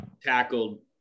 tackled